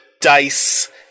Dice